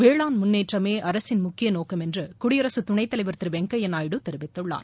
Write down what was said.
வேளாண் முன்னேற்றமே அரசின் முக்கிய நோக்கம் என்று குடியரசு துணைத் தலைவர் திரு வெங்கைய நாயுடு தெரிவித்துள்ளார்